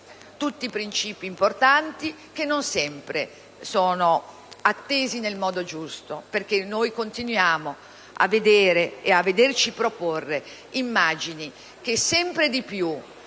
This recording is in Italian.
Tutti principi importanti, che non sempre sono attesi nel modo giusto, perché noi continuiamo a vederci proporre immagini che sempre di più